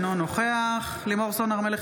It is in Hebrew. אינו נוכח לימור סון הר מלך,